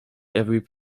every